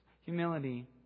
humility